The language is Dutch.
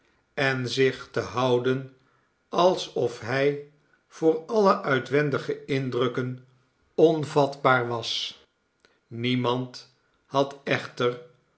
en zich te houden alsof hij voor alle uitwendige indrukken onvatbaar was niemand had echter